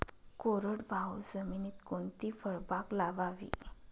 कोरडवाहू जमिनीत कोणती फळबाग लावावी?